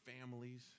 families